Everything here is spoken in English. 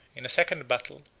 in a second battle,